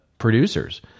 producers